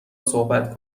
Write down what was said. صحبت